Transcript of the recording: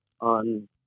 on